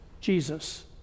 Jesus